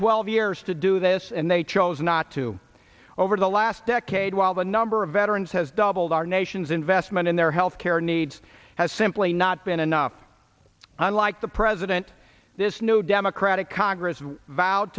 twelve years to do this and they chose not to over the last decade while the number of veterans has doubled our nation's investment in their health care needs has simply not been enough unlike the president this new democratic congress has vowed